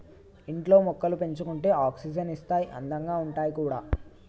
ఇంట్లో మొక్కలు పెంచుకుంటే ఆక్సిజన్ ఇస్తాయి అందంగా ఉంటాయి కూడా